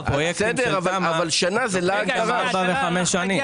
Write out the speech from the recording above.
פרויקטים של תמ"א לוקחים בין ארבע לחמש שנים.